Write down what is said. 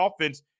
offense